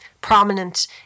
prominent